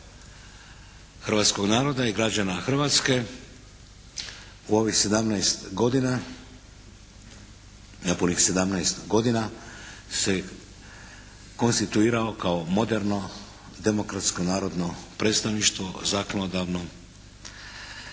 hrvatskog naroda i građana Hrvatske u ovih 17 godina, nepunih 17 godina se konstituirao kao moderno, demokratsko narodno predstavništvo, zakonodavno